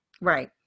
Right